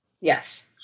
Yes